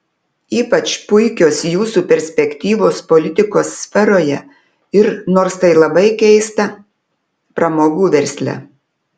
ypač puikios jūsų perspektyvos politikos sferoje ir nors tai labai keista pramogų versle